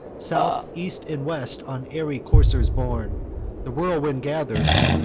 south, east, and west, on airy coursers borne the whirlwind gathers,